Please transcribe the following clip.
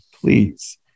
Please